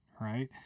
right